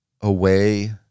away